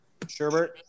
Sherbert